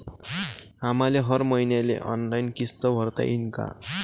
आम्हाले हर मईन्याले ऑनलाईन किस्त भरता येईन का?